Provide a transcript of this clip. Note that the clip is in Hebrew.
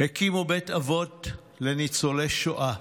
הקימו בית אבות לניצולי שואה